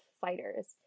fighters